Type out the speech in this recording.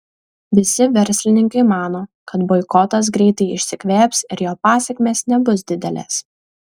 visi verslininkai mano kad boikotas greitai išsikvėps ir jo pasekmės nebus didelės